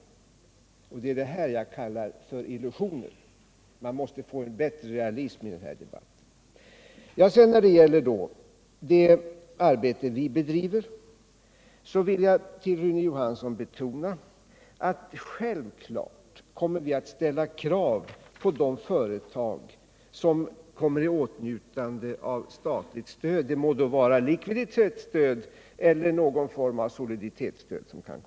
Det är det här jag kallar illusioner. Vi måste få en bättre realism i den här debatten. När det sedan gäller det arbete vi bedriver vill jag betona för Rune Johansson att vi självfallet kommer att ställa krav på de företag som kommer i åtnjutande av statligt stöd — det må vara likviditetsstödet eller någon form av soliditetsstöd.